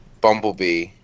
Bumblebee